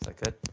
good?